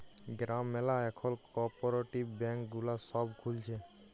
গ্রাম ম্যালা এখল cooperative bank গুলা সব খুলছে